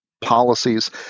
policies